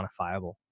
quantifiable